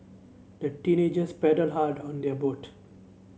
the teenagers paddled hard on their boat